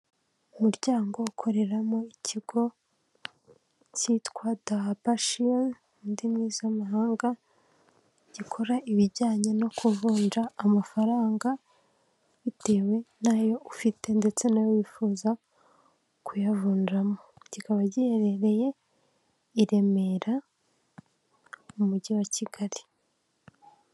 Umuryango ukoreramo ikigo cyitwa Dahabashire mu ndimi z'amahanga, gikora ibijyanye no kuvunja amafaranga bitewe n'ayo ufite ndetse n'ayo wifuza kuyavunjamo. Kikaba giherereye i Remera mu mujyi wa Kigali.